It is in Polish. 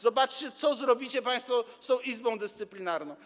Zobaczcie, co zrobicie państwo z Izbą Dyscyplinarną.